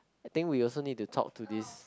I think we also need to talk to this